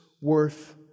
worth